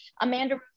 amanda